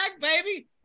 baby